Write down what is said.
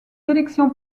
élections